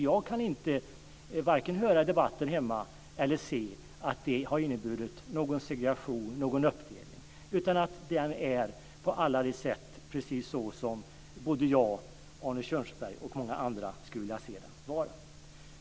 Jag har inte hört i debatten hemma eller själv kunnat se att detta har inneburit någon segregation, någon uppdelning, utan skolan är på alla sätt precis som jag, Arne Kjörnsberg och många andra skulle vilja se den vara.